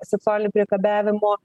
seksualiniu priekabiavimu